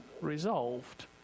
resolved